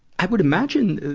i would imagine,